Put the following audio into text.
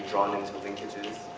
drawn into linkages?